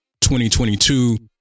2022